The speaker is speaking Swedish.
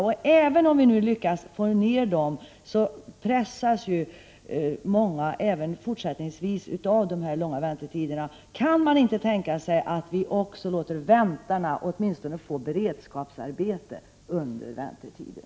Men även om det nu går att korta av väntetiderna, pressas många också fortsättningsvis av de långa väntetiderna. Kan man inte tänka sig att väntarna åtminstone får beredskapsarbete under väntetiden?